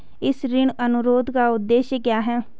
इस ऋण अनुरोध का उद्देश्य क्या है?